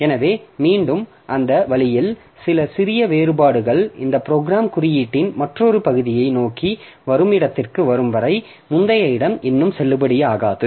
எனவே மீண்டும் அந்த வழியில் சில சிறிய வேறுபாடுகள் இந்த ப்ரோக்ராம் குறியீட்டின் மற்றொரு பகுதியை நோக்கி வரும் இடத்திற்கு வரும் வரை முந்தைய இடம் இன்னும் செல்லுபடியாகாது